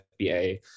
FBA